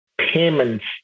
payments